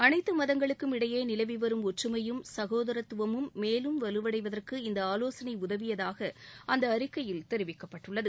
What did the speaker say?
அனைத்து மதங்களுக்கும் இடையே நிலவி வரும் ஒற்றுமையும் சகோதரத்துவமும் மேலும் வலுவடைவதற்கு இந்த ஆலோசனை உதவியதாக அந்த அறிக்கையில் தெரிவிக்கப்பட்டுள்ளது